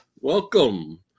Welcome